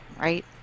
right